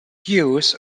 hughes